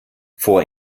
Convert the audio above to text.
vor